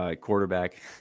quarterback